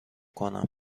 کنم